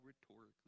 rhetorically